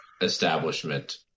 establishment